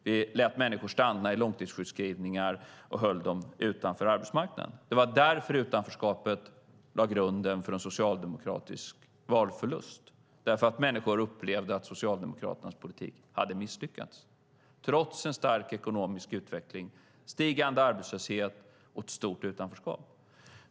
Vi lät människor stanna i långtidssjukskrivningar och höll dem utanför arbetsmarknaden. Det var därför som utanförskapet lade grunden för en socialdemokratisk valförlust. Människor upplevde att Socialdemokraternas politik hade misslyckats. Trots en stark ekonomisk utveckling var det en stigande arbetslöshet och ett stort utanförskap.